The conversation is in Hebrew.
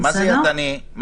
בסדר?